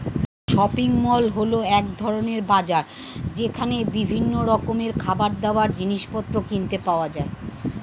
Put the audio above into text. shopping mall হল এক ধরণের বাজার যেখানে বিভিন্ন রকমের খাবারদাবার, জিনিসপত্র কিনতে পাওয়া যায়